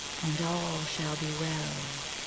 and all shall be well.